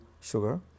sugar